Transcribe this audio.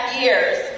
years